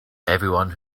everyone